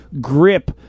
grip